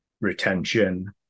retention